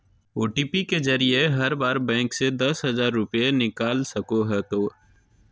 OTP के जरिए हर बार बैंक से दस हजार रुपए निकाल सको हखो